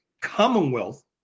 commonwealth